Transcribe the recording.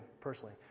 Personally